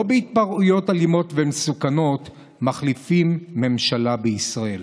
לא בהתפרעויות אלימות ומסוכנות מחליפים ממשלה בישראל.